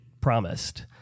promised